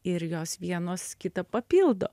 ir jos vienos kitą papildo